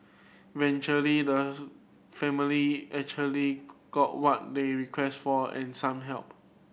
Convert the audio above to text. eventually the family actually got what they requested for and some help